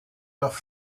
doch